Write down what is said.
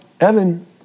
Evan